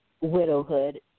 widowhood